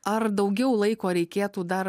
ar daugiau laiko reikėtų dar